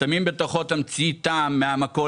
שמים מתוכו תמצית טעם מהמכולת,